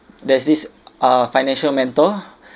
there's this uh financial mentor